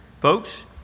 folks